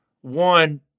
one